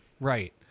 Right